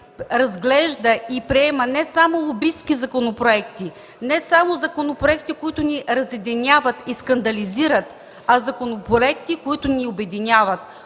събрание разглежда и приема не само лобистки законопроекти, не само законопроекти, които ни разединяват и скандализират, а законопроекти, които ни обединяват,